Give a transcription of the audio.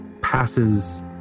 passes